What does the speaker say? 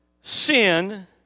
sin